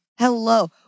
Hello